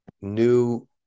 New